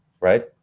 right